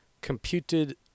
computed